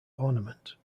ornament